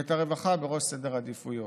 ואת הרווחה בראש סדר העדיפויות,